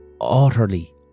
utterly